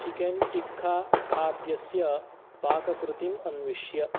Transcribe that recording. chicken टिक्काखाद्यस्य पाककृतिम् अन्विष्य